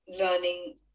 learning